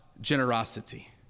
generosity